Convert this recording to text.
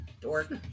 Dork